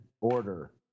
order